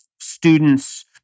students